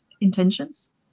intentions